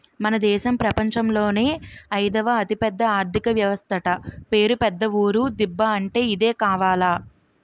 మన దేశం ప్రపంచంలోనే అయిదవ అతిపెద్ద ఆర్థిక వ్యవస్థట పేరు పెద్ద ఊరు దిబ్బ అంటే ఇదే కావాల